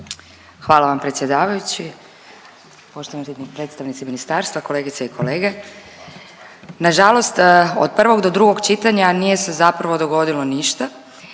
Hvala vam predsjedavajući, poštovani predstavnici ministarstva, kolegice i kolege. Na žalost od prvog do drugog čitanja nije se zapravo dogodilo ništa.